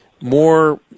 more –